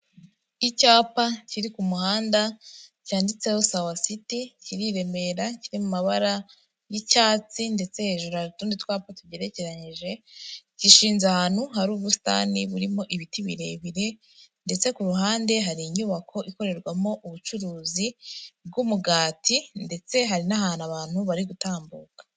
Icyapa kiri ku muhanda cyanditseho sawa citi, kiri i Remera ki'amabara y'icyatsi ndetse hejuru hari utundi twapa tugeranyije gishinze ahantu hari ubusitani burimo ibiti birebire, ndetse ku ruhande hari inyubako ikorerwamo ubucuruzi bw'umugati ndetse hari n'ahantu abantu bari gutambuka.